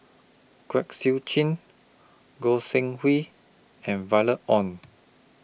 Kwek Siew Jin Goi Seng Hui and Violet Oon